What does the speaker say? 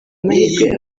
amahirwe